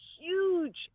huge